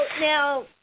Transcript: now